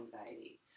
anxiety